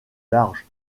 large